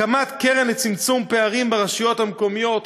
הקמת קרן לצמצום פערים ברשויות המקומיות,